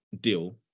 deal